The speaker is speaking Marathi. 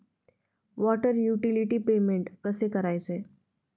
वॉटर युटिलिटी पेमेंट कसे करायचे?